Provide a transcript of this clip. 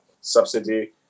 subsidy